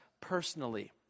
personally